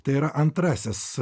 tai yra antrasis